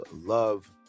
love